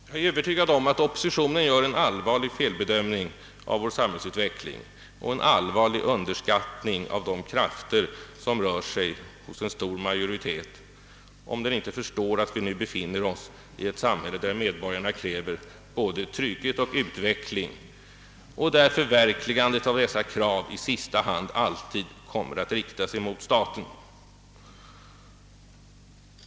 Jag är övertygad om att oppositionen gör en allvarlig felbedömning av vår samhällsutveckling och en allvarlig underskattning av de krafter som rör sig hos en stor majoritet, om den inte förstår att vi nu befinner oss i ett samhälle, där medborgarna kräver både trygghet och utveckling och där förhoppningarna om förverkligandet av dessa krav i sista hand alltid kommer att riktas mot staten.